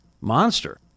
monster